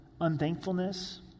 unthankfulness